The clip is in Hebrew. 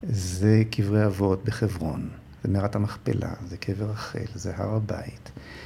זה קברי אבות בחברון, זה מערת המכפלה, זה קבר רחל, זה הר הבית.